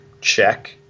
check